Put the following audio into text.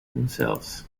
themselves